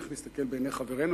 איך נסתכל בעיני חברינו?